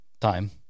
time